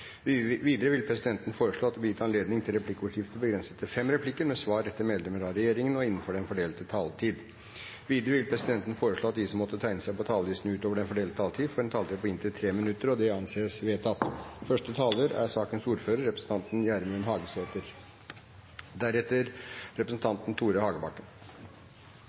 Videre vil presidenten foreslå at det gis anledning til replikkordskifte på inntil fem replikker med svar etter innlegg fra medlem av regjeringen innenfor den fordelte taletid. Videre blir det foreslått at de som måtte tegne seg på talerlisten utover den fordelte taletid, får en taletid på inntil 3 minutter. – Det anses vedtatt. Finansmarknadsmeldinga 2013 er